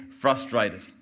frustrated